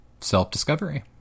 Self-discovery